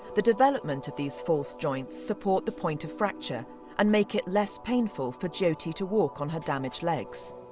the development of these false joints support the point of fracture and make it less painful for jyoti to walk on her damaged legs,